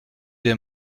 des